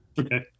Okay